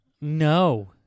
No